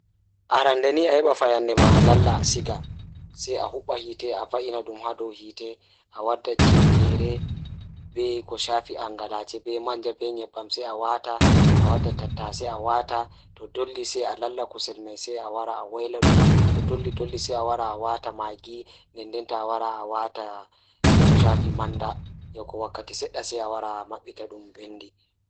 Jokkondir kikki ngam njiddaade, heɓe ndiyam e waɗe no njiddude ngam waɗde kikki dugal. Walla jokkondir koƴi ndaarayde e cadoɓe (lemon, garlic, e cumin) e naange. Ɓeydu njum ɗum ngal heɓa tummbitde kikki so tawii njiddude. Kikki ngal waawi njiddaade he naange, njiddaade ndemnduɗe walla moƴƴaare